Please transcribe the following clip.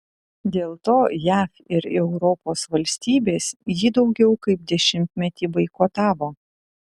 dėl to jav ir europos valstybės jį daugiau kaip dešimtmetį boikotavo